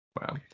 Wow